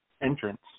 entrance